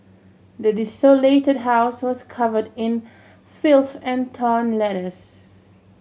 the desolated house was covered in filth and torn letters